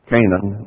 Canaan